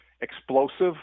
explosive